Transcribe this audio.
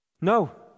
No